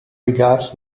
regards